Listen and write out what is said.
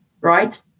right